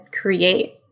create